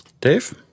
dave